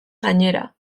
gainera